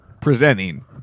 presenting